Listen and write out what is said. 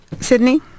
Sydney